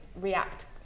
react